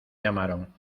llamaron